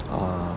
ah